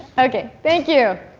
ok, thank you.